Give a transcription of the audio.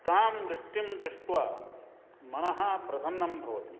तां वृष्टिं दृष्ट्वा मनः प्रसन्नं भवति